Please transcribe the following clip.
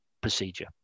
procedure